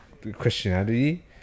Christianity